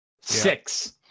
Six